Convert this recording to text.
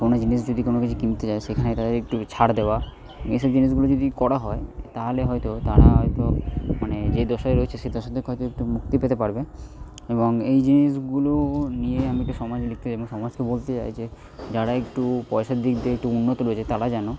কোনও জিনিস যদি কোনও কিছু কিনতে যায় সেখানে তাদের একটু ছাড় দেওয়া এইসব জিনিসগুলো যদি করা হয় তাহলে হয়তো তারা হয়তো মানে যে দশায় রয়েছে সেই দশা থেকে হয়তো একটু মুক্তি পেতে পারবে এবং এই জিনিসগুলো নিয়ে আমি একটা সমাজ লিখতে চাই এবং সমাজকে বলতে চাই যে যারা একটু পয়সার দিক দিয়ে একটু উন্নত রয়েছে তারা যেন